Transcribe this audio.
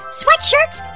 sweatshirts